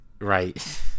Right